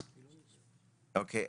אוקיי.